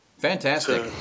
fantastic